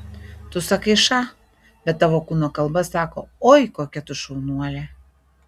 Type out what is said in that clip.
tu sakai ša bet tavo kūno kalba sako oi kokia tu šaunuolė